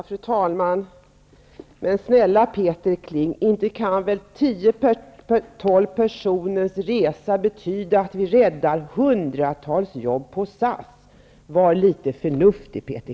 Fru talman! Men snälla Peter Kling, inte kan väl 10--20 personers resa betyda att vi räddar hundratals jobb på SAS. Var litet förnuftig, Peter